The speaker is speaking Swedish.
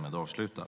härmed avslutad.